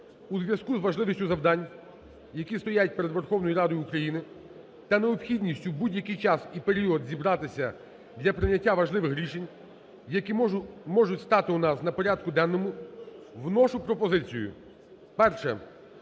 у зв'язку з важливістю завдань, які стоять перед Верховною Радою України, та необхідністю в будь-який час і період зібратися для прийняття важливих рішень, які можуть стати у нас на порядку денному, вношу пропозицію. Перше,